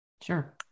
Sure